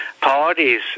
parties